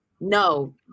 no